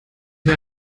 wir